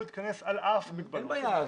להתכנס על אף המגבלות --- אין בעיה,